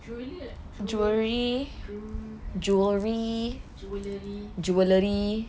jewellery jewellery jewellery jewellery